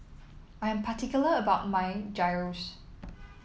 I am particular about my Gyros